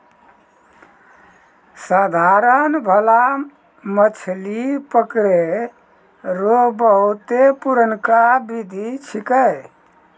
साधारण भाला मछली पकड़ै रो बहुते पुरनका बिधि छिकै